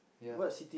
ya